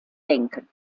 denken